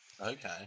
Okay